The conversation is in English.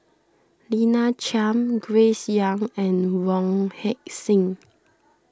Lina Chiam Grace Young and Wong Heck Sing